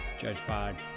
JudgePod